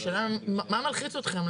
השאלה, מה מלחיץ אתכם?